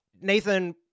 nathan